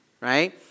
right